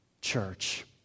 church